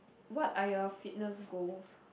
what are your fitness goals